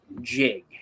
jig